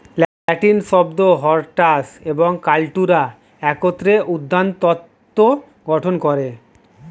লাতিন শব্দ হরটাস এবং কাল্টুরা একত্রে উদ্যানতত্ত্ব গঠন করে